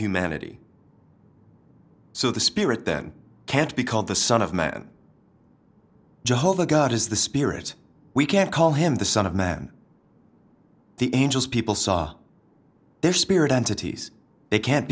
humanity so the spirit then can't be called the son of man jehovah god is the spirit we can't call him the son of man the angels people saw their spirit entities they can't